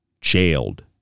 jailed